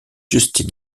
justin